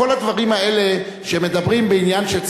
כל הדברים האלה שמדברים בעניין של צדק,